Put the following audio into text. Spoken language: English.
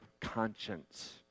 conscience